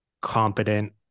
competent